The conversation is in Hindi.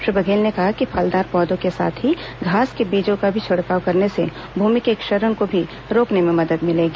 श्री बघेल ने कहा कि फलदार पौधों के साथ ही घास के बीजों का छिड़काव करने से भूमि के क्षरण को भी रोकने में मदद मिलेगी